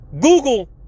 Google